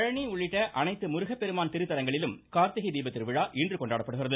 பழனி உள்ளிட்ட அனைத்து முருகப்பெருமான் திருத்தலங்களிலும் கார்த்திகை தீபத்திருவிழா இன்று கொண்டாடப்படுகிறது